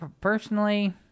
personally